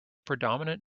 predominant